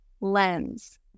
lens